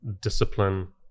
discipline